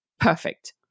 perfect